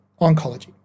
oncology